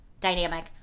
dynamic